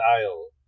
aisle